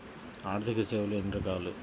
ఆర్థిక సేవలు ఎన్ని రకాలు?